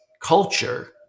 culture